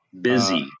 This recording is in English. Busy